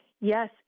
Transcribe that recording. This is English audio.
Yes